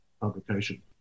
publication